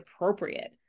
appropriate